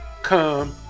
come